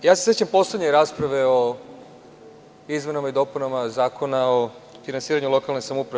Ja se sećam poslednje rasprave o izmenama i dopunama Zakona o finansiranju lokalne samouprave.